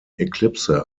eclipse